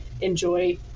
enjoy